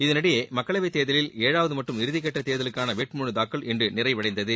இதனிடையே மக்களவைத் தேர்தலில் ஏழாவது மற்றும் இறுதிக்கட்ட தேர்தலுக்கான வேட்புமலு தாக்கல் இன்று நிறைவடைந்தது